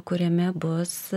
kuriame bus